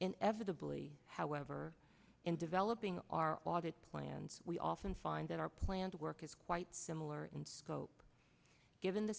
inevitably however in all of being our audit plans we often find that our planned work is quite similar in scope given the